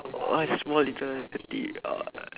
!aww! small little the teeth !aww!